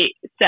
set